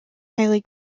highly